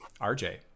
rj